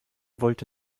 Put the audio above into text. wollte